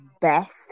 best